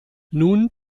nun